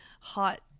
hot